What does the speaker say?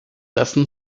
dessen